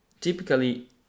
typically